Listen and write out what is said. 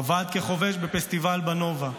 עבד כחובש בפסטיבל נובה.